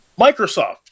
Microsoft